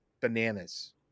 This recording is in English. bananas